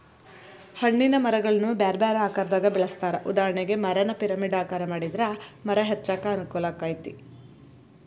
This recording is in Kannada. ಹಣ್ಣಿನ ಮರಗಳನ್ನ ಬ್ಯಾರ್ಬ್ಯಾರೇ ಆಕಾರದಾಗ ಬೆಳೆಸ್ತಾರ, ಉದಾಹರಣೆಗೆ, ಮರಾನ ಪಿರಮಿಡ್ ಆಕಾರ ಮಾಡಿದ್ರ ಮರ ಹಚ್ಚಾಕ ಅನುಕೂಲಾಕ್ಕೆತಿ